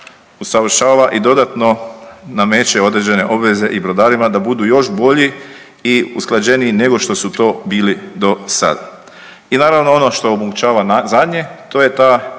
usavršava i dodatno nameće određene obveze i brodarima da budu još bolji i usklađeniji nego što su to bili do sada. I naravno ono što omogućava zadnje, to je ta